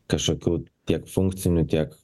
kažkokių tiek funkcinių tiek